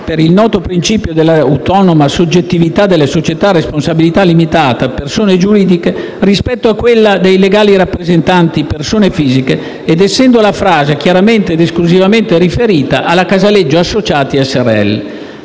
per il noto principio dell'autonoma soggettività delle società a responsabilità limitata, persone giuridiche, rispetto a quella dei legali rappresentanti, persone fisiche, ed essendo la frase chiaramente ed esclusivamente riferita alla Casaleggio Associati Srl.